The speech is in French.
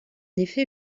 effet